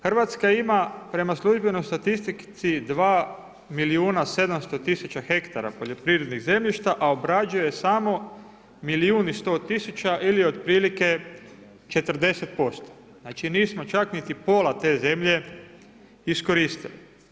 Hrvatska ima prema službenoj statistici 2 milijuna 700 tisuća hektara poljoprivrednih zemljišta, a obrađuje samo milijun i 100 tisuća ili otprilike 40%, znači nismo čak niti pola te zemlje iskoristili.